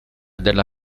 della